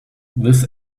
this